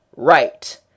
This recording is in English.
Right